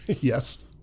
Yes